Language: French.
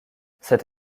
cette